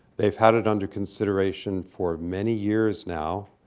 they've had it under consideration for many years now.